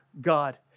God